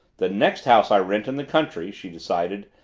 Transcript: the next house i rent in the country, she decided,